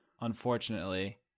unfortunately